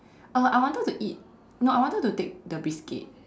uh I wanted to eat no I wanted to take the biscuit